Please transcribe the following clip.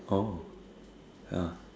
oh yeah